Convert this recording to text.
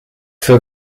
für